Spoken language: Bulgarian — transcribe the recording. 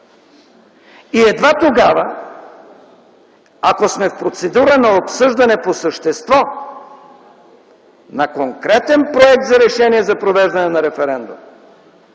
И едва тогава, ако сме в процедура на обсъждане по същество, на конкретен проект за решение за провеждане на референдум,